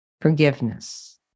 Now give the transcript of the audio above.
forgiveness